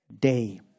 day